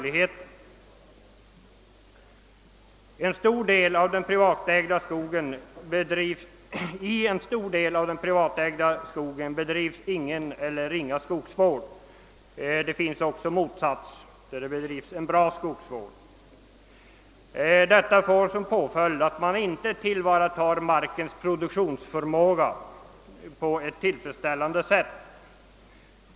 I en stor del av den privatägda skogen bedrivs ingen eller ringa skogsvård, ehuru det också finns exempel på god skogsvård. Följden blir att markens produktionsförmåga inte tillvaratas på ett tillfredsställande sätt.